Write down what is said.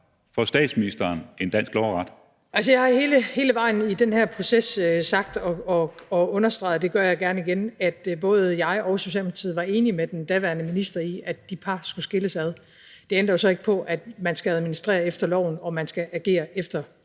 Statsministeren (Mette Frederiksen): Jeg har hele vejen i den her proces sagt og understreget, og det gør jeg gerne igen, at både jeg og Socialdemokratiet var enige med den daværende minister i, at de par skulle skilles ad. Det ændrer jo så ikke på, at man skal administrere efter loven og man skal agere efter loven